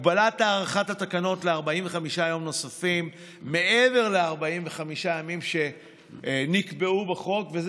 הגבלת הארכת התקנות ל-45 יום נוספים מעבר ל-45 הימים שנקבעו בחוק,